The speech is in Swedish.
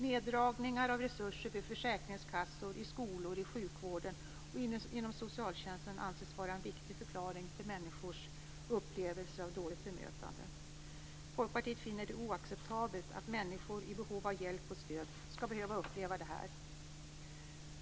Neddragningar av resurser vid försäkringskassor, i skolor, i sjukvården och inom socialtjänsten anses vara en viktig förklaring till männniskors upplevelser av dåligt bemötande. Folkpartiet finner det oacceptabelt att människor i behov av hjälp och stöd skall behöva uppleva detta.